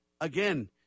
again